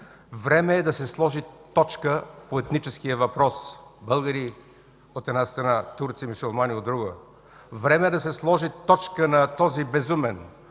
Време е да се сложи точка по етническия въпрос – българи от една страна, турци мюсюлмани от друга! Време е да се сложи точка на този безумен,